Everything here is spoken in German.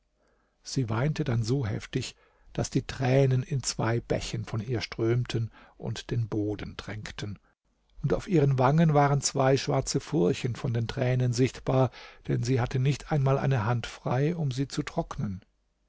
sie weinte dann so heftig daß die tränen in zwei bächen von ihr strömten und den boden tränkten und auf ihren wangen waren zwei schwarze furchen von den tränen sichtbar denn sie hatte nicht einmal eine hand frei um sie zu trocknen